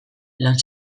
lan